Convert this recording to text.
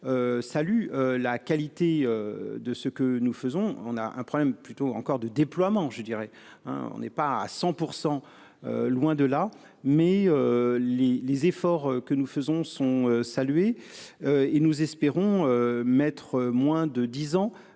Salut. La qualité de ce que nous faisons. On a un problème plutôt en cours de déploiement, je dirais hein on n'est pas à 100 pour %. Loin de là mais. Les les efforts que nous faisons sont salués. Et nous espérons mettre moins de 10 ans